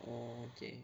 oh okay